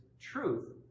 truth